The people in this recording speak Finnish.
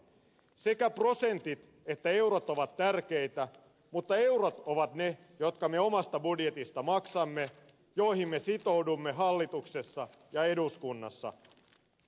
sekä prosentit että eurot ovat tärkeitä mutta eurot ovat ne jotka me omasta budjetistamme maksamme joihin me sitoudumme hallituksessa ja eduskunnassa